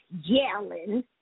yelling